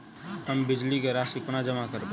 हम बिजली कऽ राशि कोना जमा करबै?